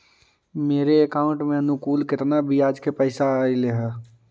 मेरे अकाउंट में अनुकुल केतना बियाज के पैसा अलैयहे?